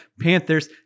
Panthers